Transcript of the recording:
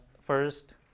first